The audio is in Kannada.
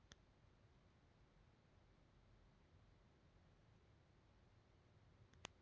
ಆಧುನಿಕ ಯುಗದಾಗ ಮನಷ್ಯಾನ ಕಿಂತ ಹೆಚಗಿ ಮಿಷನ್ ಕೆಲಸಾ ಮಾಡತಾವ ಕೃಷಿ ಒಳಗೂ ಕೂಡಾ